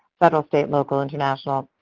federal, state, local, international,